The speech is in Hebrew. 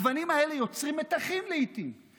הגוונים האלה יוצרים לעיתים מתחים.